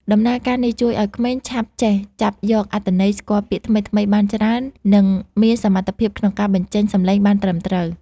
ដំណើរការនេះជួយឱ្យក្មេងឆាប់ចេះចាប់យកអត្ថន័យ ស្គាល់ពាក្យថ្មីៗបានច្រើន និងមានសមត្ថភាពក្នុងការបញ្ចេញសំឡេងបានត្រឹមត្រូវ